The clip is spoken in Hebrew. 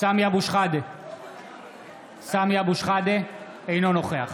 סמי אבו שחאדה, אינו נוכח